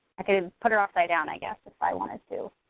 i could put her upside down, i guess, if i wanted to,